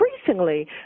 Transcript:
increasingly